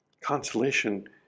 Consolation